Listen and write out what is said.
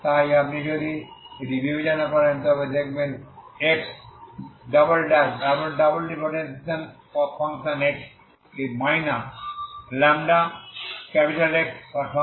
তাই আপনি যদি এটি বিবেচনা করেন তবে আপনার Xx λXx0